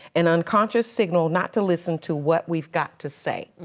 an unconscious signal not to listen to what we've got to say.